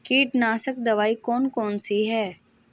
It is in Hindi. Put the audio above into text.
कीटनाशक दवाई कौन कौन सी हैं?